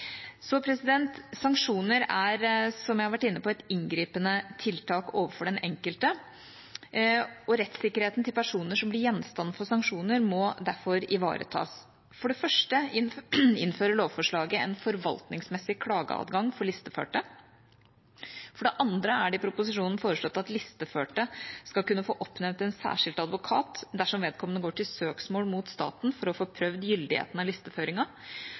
så vidt er kjent med. Sanksjoner er, som jeg har vært inne på, et inngripende tiltak overfor den enkelte, og rettssikkerheten til personer som blir gjenstand for sanksjoner, må derfor ivaretas. For det første innfører lovforslaget en forvaltningsmessig klageadgang for listeførte. For det andre er det i proposisjonen foreslått at listeførte skal kunne få oppnevnt en særskilt advokat dersom vedkommende går til søksmål mot staten for å få prøvd gyldigheten av